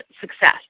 success